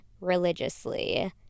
religiously